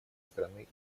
страны